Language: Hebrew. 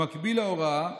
במקביל להוראה